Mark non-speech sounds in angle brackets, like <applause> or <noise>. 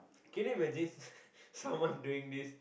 can you imagine <breath> someone doing this